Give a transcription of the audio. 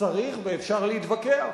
צריך ואפשר להתווכח.